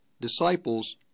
disciples